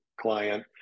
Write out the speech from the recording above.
client